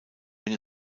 wenn